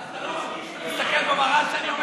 אתה לא מרגיש שאתה מסתכל במראה כשאני אומר